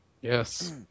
Yes